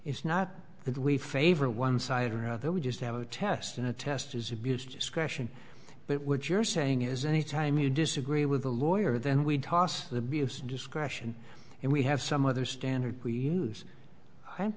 it's not that we favor one side or another we just have a test and the test is abused discretion but what you're saying is anytime you disagree with a lawyer then we toss the busa discretion and we have some other standard we use i'm